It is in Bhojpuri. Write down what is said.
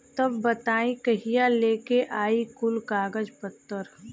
तब बताई कहिया लेके आई कुल कागज पतर?